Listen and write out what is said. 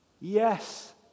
yes